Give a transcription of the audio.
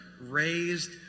raised